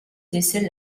décèle